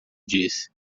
disse